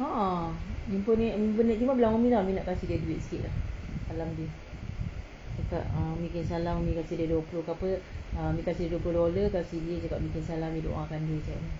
a'ah jumpa nek jumpa nek timah bilang umi lah umi nak kasih dia duit sikit halang dia cakap ah umi kirim salam umi kasih dia dua puluh dollar kasih dia cakap umi kirim salam umi doakan dia